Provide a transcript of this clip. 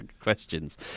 questions